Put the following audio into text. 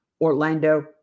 Orlando